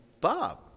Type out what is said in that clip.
Bob